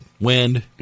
Wind